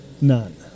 None